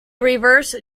reverse